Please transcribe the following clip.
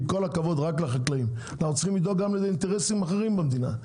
עם כל הכבוד; אנחנו צריכים לדאוג גם לאינטרסים אחרים במדינה.